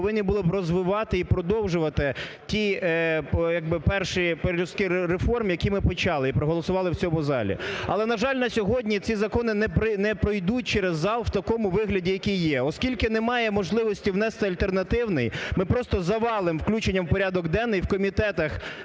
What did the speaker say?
повинні були б розвивати і продовжувати ті, як би, перші пелюстки реформ, які ми почали і проголосували в цьому залі. Але, на жаль, на сьогодні ці закони не пройдуть через зал в такому вигляді, який є. Оскільки немає можливості внести альтернативний, ми просто завалимо включенням в порядок денний в комітетах